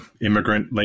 immigrant